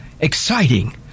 exciting